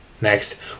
Next